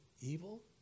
evil